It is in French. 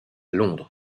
londres